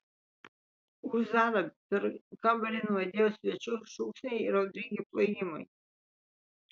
už zarą per kambarį nuaidėjo svečių šūksniai ir audringi plojimai